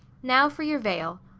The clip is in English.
now for your veil!